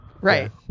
Right